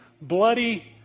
bloody